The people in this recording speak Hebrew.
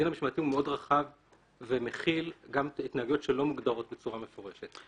הדין המשמעתי מאוד רחב ומכיל גם התנהגויות שאינן מוגדרות בצורה מפורשת.